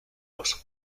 los